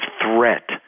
threat